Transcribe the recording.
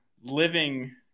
living